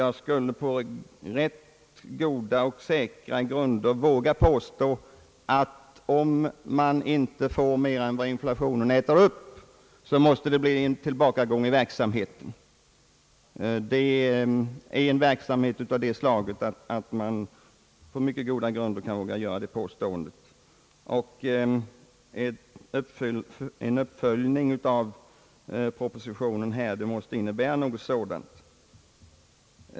Jag skulle på rätt goda och säkra grunder våga påstå att om man inte får mera måste det bli en tillbakagång i verksamheten; jag säger detta med tanke på arten av den verksamhet det gäller. En uppföljning av propositionens förslag måste innebära något sådant.